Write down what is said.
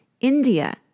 India